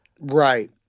right